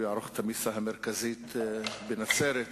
מי שמנסה לקבל את הכול כאן ועכשיו,